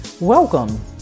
Welcome